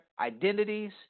identities